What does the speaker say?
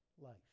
life